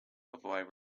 avoid